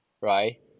right